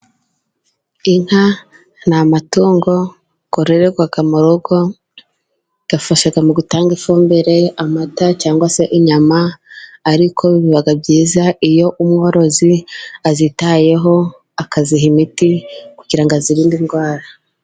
Inka ni amatungo yororerwa murogo, afasha mu gutanga ifumbire, amata, cyangwa se inyama. Ariko bibaga byiza iyo umworozi azitayeho akaziha imiti, kugira ngo azirinde indwara.